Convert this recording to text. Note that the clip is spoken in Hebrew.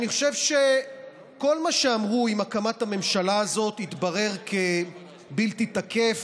אני חושב שכל מה שאמרו עם הקמת הממשלה הזאת התברר כבלתי תקף,